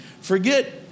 Forget